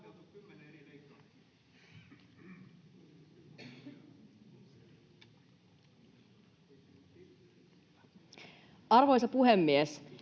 Arvoisa puhemies!